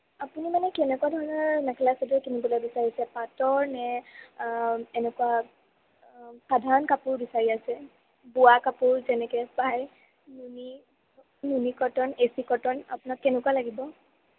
আপুনি মানে কেনেকুৱা ধৰণৰ মেখেলা চাদৰ পিন্ধিবলৈ বিচাৰিছে পাটৰ নে এনেকুৱা সাধাৰণ কাপোৰ বিচাৰি আছে বোৱা কাপোৰ যেনেকে পায় নুনি নুনি কটন এচি কটন আপোনাক কেনেকুৱা লাগিব